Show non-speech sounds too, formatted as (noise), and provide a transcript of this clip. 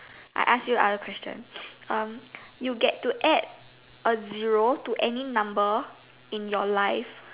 I ask you other question (noise) um you get to add a zero to any number in your life